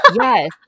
Yes